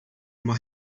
uma